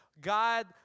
God